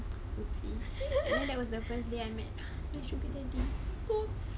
oopsie and then that was the first day I met sugar daddy !oops!